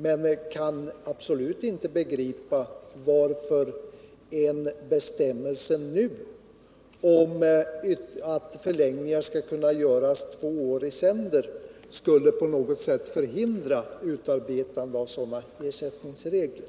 Men jag kan absolut inte begripa varför en bestämmelse nu om att förlängningar skall kunna göras med två år i sänder på något sätt skulle förhindra utarbetandet av sådana ersättningsregler.